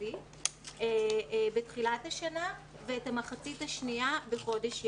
המרבי בתחילת השנה ואת המחצית השנייה בחודש ינואר.